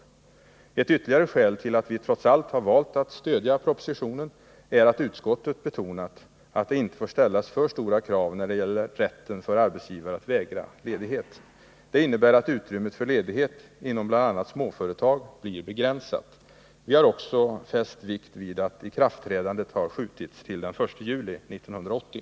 inom skolan, Ett ytterligare skäl till att vi trots allt har valt att stödja propositionen är att =, m. utskottet betonat att det inte får ställas för stora krav när det gäller rätten för arbetsgivare att vägra ledighet. Det innebär att utrymmet för ledighet inom bl.a. småföretag blir begränsat. Vi har också fäst vikt vid att ikraftträdandet har skjutits till den 1 juli 1980.